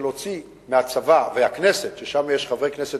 שלהוציא את הצבא ואת הכנסת ששם יש חברי כנסת